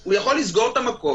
הוא יכול לסגור את המקום,